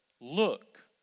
look